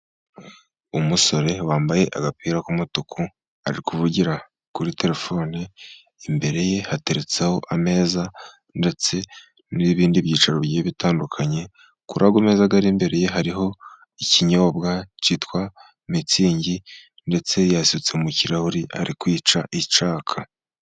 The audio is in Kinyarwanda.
Umusore wambaye agapira k'umutuku, ari kuvugira kuri terefone imbere ye hateretseho ameza, ndetse n'ibindi byicaro bigiye bitandukanye, kuri ayo meza ari imbere ye hariho ikinyobwa kitwa Mitsingi ndetse yasutse mu kirahuri ari kwica icyaka.